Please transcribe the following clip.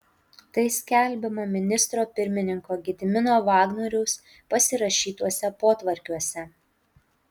tai skelbiama ministro pirmininko gedimino vagnoriaus pasirašytuose potvarkiuose